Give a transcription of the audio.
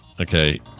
Okay